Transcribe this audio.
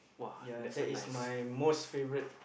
ya and that is my most favourite